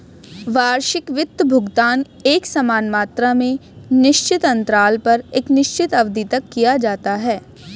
वार्षिक वित्त भुगतान एकसमान मात्रा में निश्चित अन्तराल पर एक निश्चित अवधि तक किया जाता है